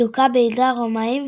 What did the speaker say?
דוכא בידי הרומאים,